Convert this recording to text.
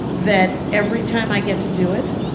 that every time i get to do it,